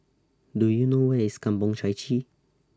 Do YOU know Where IS Kampong Chai Chee